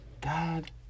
god